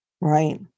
Right